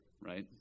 Right